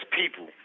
people